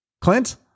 Clint